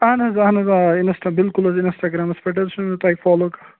اَہَن حظ اَہَن حظ آ اِنَسٹا بِلکُل حظ اِنَسٹاگرٛامَس پٮ۪ٹھ حظ چھُس حظ بہٕ تۄہہِ فالوٗ کَران